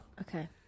Okay